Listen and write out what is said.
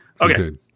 okay